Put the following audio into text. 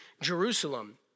Jerusalem